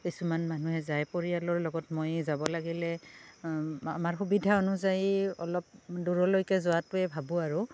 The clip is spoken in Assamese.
কিছুমান মানুহে যায় পৰিয়ালৰ লগত ময়ে যাব লাগিলে আমাৰ সুবিধা অনুযায়ী অলপ দূৰলৈকে যোৱাটোৱে ভাবোঁ আৰু